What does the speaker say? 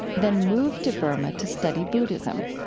then moved to burma to study buddhism.